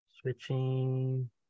Switching